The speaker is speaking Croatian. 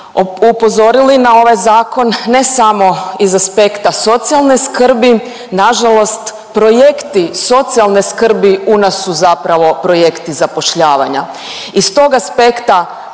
upozorili na ovaj zakon ne samo iz aspekta socijalne skrbi, nažalost projekti socijalne skrbi u nas su zapravo projekti zapošljavanja. Iz tog aspekta